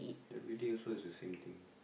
every day also is the same thing